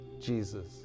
Jesus